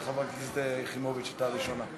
חברת הכנסת יחימוביץ הייתה הראשונה.